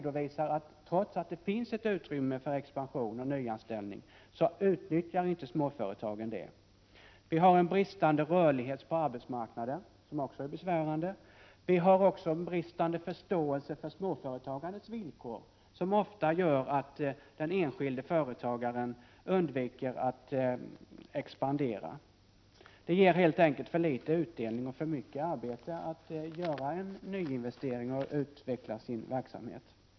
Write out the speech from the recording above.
Den redovisar att trots att det finns ett utrymme för expansion och nyanställningar så utnyttjar småföretagen inte det. Vi har en bristande rörlighet på arbetsmarknaden som också är besvärlig. Vi har vidare en bristande förståelse för småföretagarnas villkor, som ofta gör att den enskilde företagaren undviker att expandera. Det ger helt enkelt för liten utdelning och för mycket arbete att göra en nyinvestering och utveckla sin verksamhet.